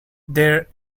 there